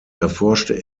erforschte